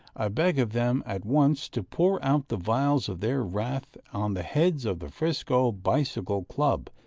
i beg of them at once to pour out the vials of their wrath on the heads of the frisco bicycle club,